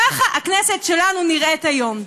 ככה הכנסת שלנו נראית היום.